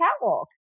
catwalk